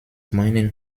meinen